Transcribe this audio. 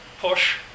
push